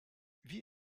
wie